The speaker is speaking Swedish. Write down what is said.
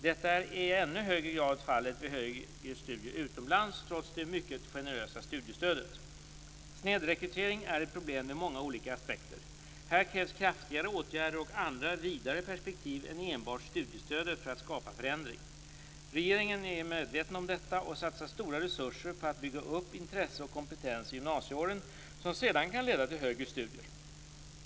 Detta är i ännu högre grad fallet vid högre studier utomlands, trots det mycket generösa studiestödet. Snedrekryteringen är ett problem med många olika aspekter. Här krävs kraftigare åtgärder och andra vidare perspektiv än enbart studiestödet för att skapa förändring. Regeringen är medveten om detta och satsar stora resurser på att bygga upp intresse och kompetens i gymnasieåren som sedan kan leda till högre studier.